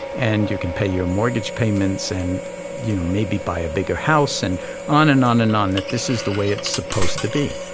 and you can pay your mortgage payments and maybe buy a bigger house and on and on and on that this is the way it's supposed to be.